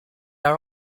are